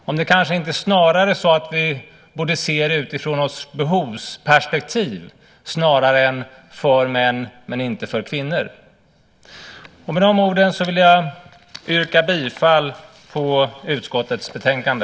Borde vi inte se detta utifrån ett behovsperspektiv snarare än att det ska vara för män men inte för kvinnor. Med de orden vill jag yrka bifall till förslaget i utskottets betänkande.